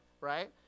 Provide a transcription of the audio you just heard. right